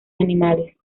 animales